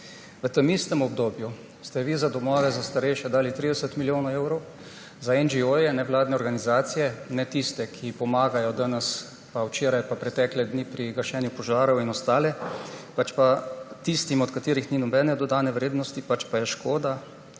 V tem istem obdobju ste vi za domove za starejše dali 30 milijonov evrov, za NVO, nevladne organizacije, ne tiste, ki pomagajo danes pa včeraj pa pretekle dni pri gašenju požarov in ostale, pač pa tiste, od katerih ni nobene dodane vrednosti, pač pa je škoda